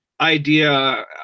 idea